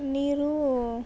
ನೀರು